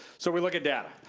so we look at data.